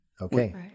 Okay